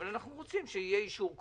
אבל אנחנו רוצים שיהיה אישור קודם.